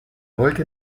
wollte